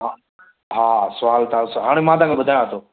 हा हा सवाल तव्हां सां हाणे मां तव्हांखे ॿुधायां थो